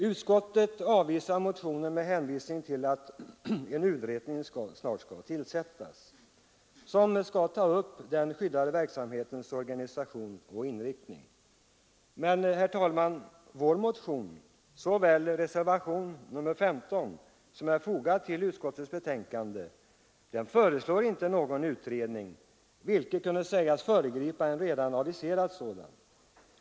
Utskottet avvisar motionen med hänvisning till att en utredning snart skall tillsättas, som skall ta upp den skyddade verksamhetens organisation och inriktning. Men, herr talman, varken motionen eller reservationen 15, som är fogad till utskottets betänkande, föreslår någon utredning som kunde sägas föregripa en redan aviserad sådan.